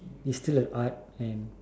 it's still an art and